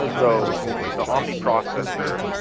so the omni processor,